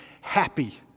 happy